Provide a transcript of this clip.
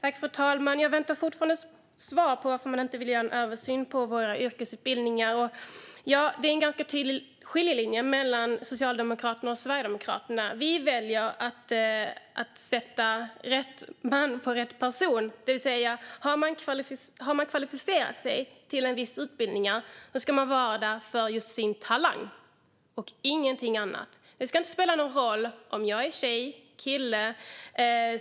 Herr talman! Jag väntar fortfarande på svar på varför man inte vill göra en översyn av våra yrkesutbildningar. Det går en ganska tydlig skiljelinje mellan Socialdemokraterna och Sverigedemokraterna. Vi i Sverigedemokraterna väljer att sätta rätt person på rätt plats - har man kvalificerat sig till en viss utbildning ska man vara där för just sin talang och ingenting annat. Det ska inte spela någon roll om man är tjej eller kille.